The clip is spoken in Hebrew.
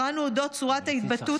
קראנו על אודות צורת ההתבטאות